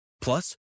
Plus